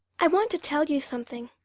i want to tell you something.